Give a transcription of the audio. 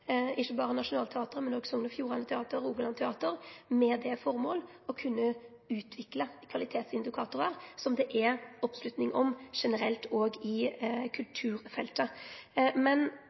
Nationaltheatret, men også Sogn og Fjordane Teater og Rogaland Teater, med det formål å kunne utvikle kvalitetsindikatorar som det er oppslutning om generelt også i kulturfeltet. Men